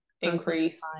increase